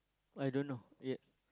I don't know yet